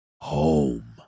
home